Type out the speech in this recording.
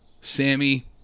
Sammy